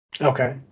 Okay